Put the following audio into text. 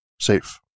safe